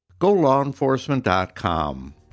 GoLawEnforcement.com